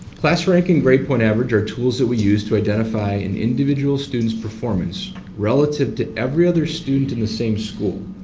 class rank and grade-point average ah tools that we use to identify an individual student's performance relative to every other student in the same school.